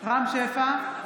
רם שפע,